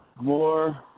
more